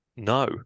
No